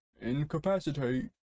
incapacitate